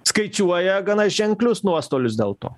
skaičiuoja gana ženklius nuostolius dėl to